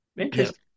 interesting